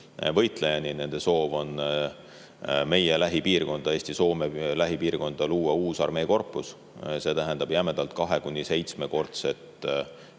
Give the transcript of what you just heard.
võitlejani. Nende soov on meie lähipiirkonda, Eesti-Soome lähipiirkonda, luua uus armeekorpus. See tähendab jämedalt 2–7-kordset kasvu